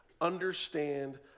understand